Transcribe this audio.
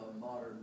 modern